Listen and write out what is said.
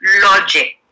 logic